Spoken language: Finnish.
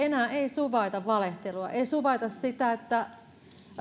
enää ei suvaita valehtelua ei suvaita sitä että